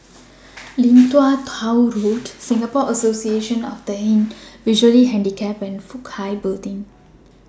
Lim Tua Tow Road Singapore Association of The Visually Handicapped and Fook Hai Building